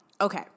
Okay